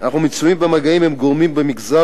אנחנו מצויים במגעים עם גורמים במגזר